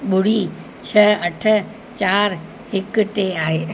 ॿुड़ी छह अठ चारि हिकु टे आहे